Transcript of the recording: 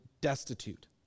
destitute